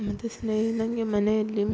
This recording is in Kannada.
ಮತ್ತು ಸ್ನೇಯಿ ನನಗೆ ಮನೆಯಲ್ಲಿ